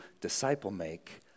disciple-make